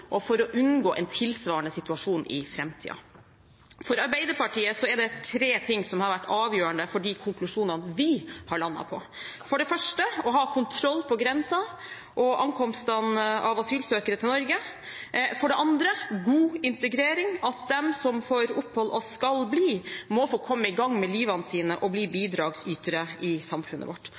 og for å unngå en tilsvarende situasjon i framtiden. For Arbeiderpartiet er det tre ting som har vært avgjørende for de konklusjonene vi har landet på. For det første: Å ha kontroll på grensen og ankomstene av asylsøkere til Norge. For det andre: God integrering, at de som får opphold og skal bli, må få komme i gang med livet sitt og bli bidragsytere i samfunnet vårt.